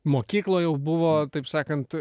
mokykloje jau buvo taip sakant